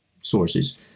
sources